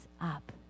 up